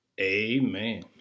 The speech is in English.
amen